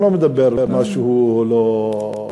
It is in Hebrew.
אני לא מדבר משהו לא,